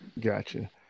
Gotcha